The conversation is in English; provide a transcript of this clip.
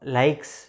likes